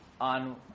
on